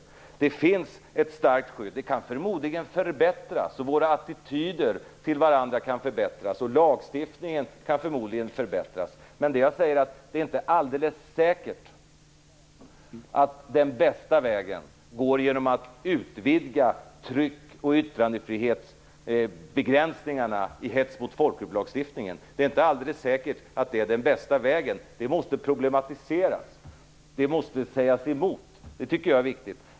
Det finns alltså ett starkt skydd. Det kan förmodligen förbättras, våra attityder till varandra kan förbättras och lagstiftningen kan förmodligen förbättras. Men det jag säger är att det inte är alldeles säkert att den bästa vägen är att utvidga tryck och yttrandefrihetsbegränsningarna i lagstiftningen om hets mot folkgrupp. Det är inte alldeles säkert att det är den bästa vägen - det måste problematiseras. Detta måste sägas emot; det tycker jag är viktigt.